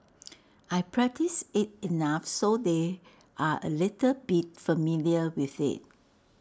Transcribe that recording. I practice IT enough so they're A little bit familiar with IT